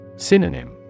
Synonym